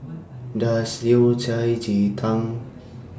Does Yao Cai Ji Tang